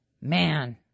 Man